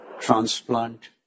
Transplant